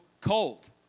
cold